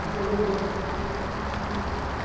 ए हुन्छ हुन्छ